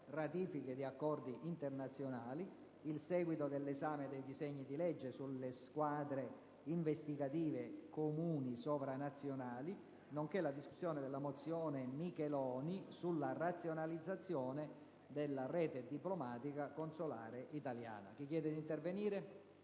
ratifiche di accordi internazionali, il seguito dell'esame dei disegni di legge sulle squadre investigative comuni sovranazionali, nonché la discussione della mozione Micheloni sulla razionalizzazione della rete diplomatico-consolare italiana. **Programma dei lavori